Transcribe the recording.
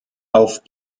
auf